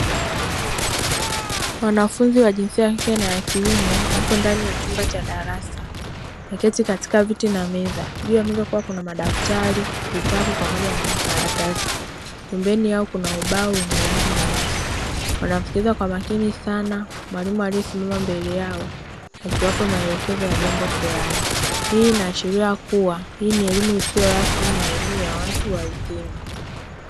Wanafunzi wa jinsia ya kike na ya kiume wapo ndani ya chumba cha darasa. Wameketi katika viti na meza. Juu ya meza kukiwa kuna madafari, vitabu pamoja na makaratasi. Pembeni yao kuna ubao wenye rangi nyeusi. Wanasikiliza kwa makini sana. Mwalimu aliyesimama mbele yao akiwapa maelekezo ya jambo fulani. Hii inaashiria kuwa hii ni elimu isiyo rasmi na elimu ya watu wazima.